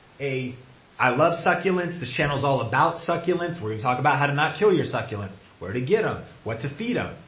i love succulents. this channel's all about succulents. we're gonna talk about how to not kill your succulents. where to get them. what to feed them.